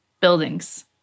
buildings